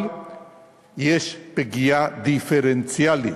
אבל יש פגיעה דיפרנציאלית.